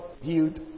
healed